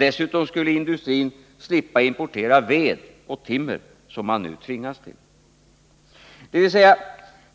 Dessutom skulle industrin slippa importera ved och timmer, som man nu tvingas till — dvs.